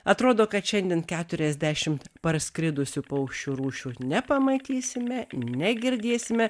atrodo kad šiandien keturiasdešimt parskridusių paukščių rūšių nepamatysime negirdėsime